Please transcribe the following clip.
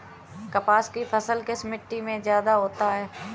कपास की फसल किस मिट्टी में ज्यादा होता है?